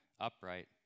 upright